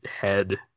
head